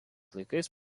laikais